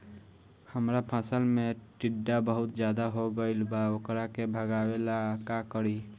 हमरा फसल में टिड्डा बहुत ज्यादा हो गइल बा वोकरा के भागावेला का करी?